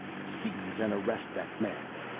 seize and arrest that man,